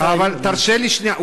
תרשה לי שנייה,